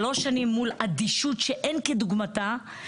שלוש שנים מול אדישות שאין כדוגמתה,